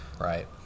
right